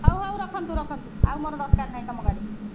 ହଉ ହଉ ରଖନ୍ତୁ ରଖନ୍ତୁ ଆଉ ମୋର ଦରକାର ନାହିଁ ତୁମ ଗାଡ଼ି